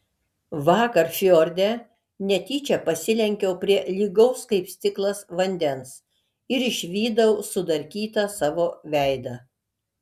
vakar fjorde netyčia pasilenkiau prie lygaus kaip stiklas vandens ir išvydau sudarkytą savo veidą